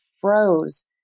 froze